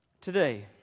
today